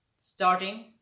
starting